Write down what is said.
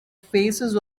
faces